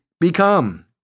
become